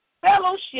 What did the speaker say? fellowship